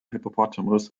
hippopotamus